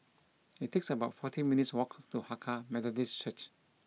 it's about forty minutes' walk to Hakka Methodist Church